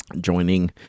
joining